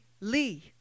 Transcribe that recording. Lee